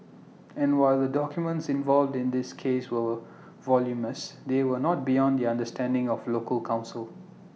and while the documents involved in this case were voluminous they were not beyond the understanding of local counsel